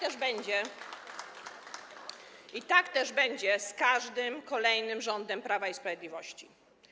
I tak też będzie z każdym kolejny rządem Prawa i Sprawiedliwości.